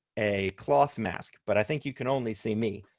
a cloth mask, but i think you can only see me.